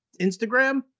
Instagram